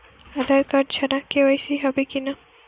আধার card ছাড়া KYC হবে কিনা?